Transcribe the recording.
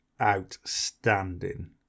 outstanding